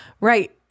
right